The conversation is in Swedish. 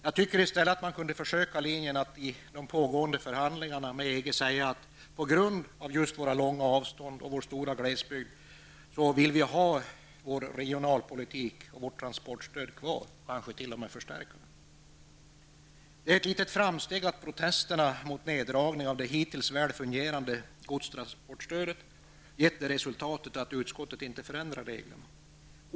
Jag tycker att man i stället kunde försöka linjen att i det pågående EES förhandlingarna säga att vi på grund av våra långa avstånd och vår stora glesbygd vill ha vår regionalpolitik och vårt transportstöd kvar och kanske t.o.m. förstärka dem. Det är ett litet framsteg att protesterna mot neddragningar av det hittills väl fungerande transportstödet har givit det resultatet att utskottet inte förändrar reglerna.